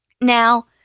Now